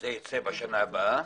וזה יצא בשנה הבאה?